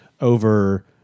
over